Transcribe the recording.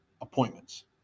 appointments